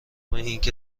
اینکه